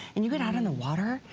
and you get out on the water?